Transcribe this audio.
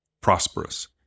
prosperous